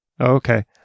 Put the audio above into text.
Okay